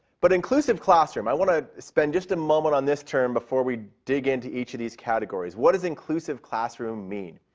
but inclusive classroom, i want to spend just a moment on this term before we dig into each of these categories. what does inclusive classroom mean?